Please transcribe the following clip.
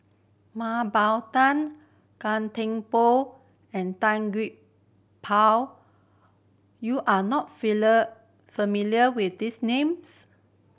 Mah Bow Tan Gan Thiam Poh and Tan Gee Paw you are not familiar with these names